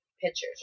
pictures